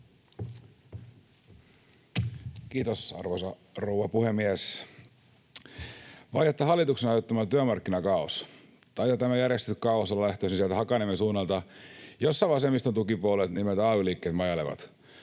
Kiitos, arvoisa rouva puhemies! Vai että hallituksen aiheuttama työmarkkinakaaos! Taitaa tämä järjestetty kaaos olla lähtöisin sieltä Hakaniemen suunnalta, jossa vasemmiston tukipuolueet nimeltä ay-liikkeet majailevat.